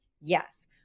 Yes